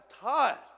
tired